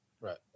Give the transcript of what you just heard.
Right